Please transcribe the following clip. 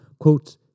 Quote